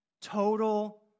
total